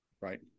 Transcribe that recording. Right